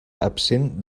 absent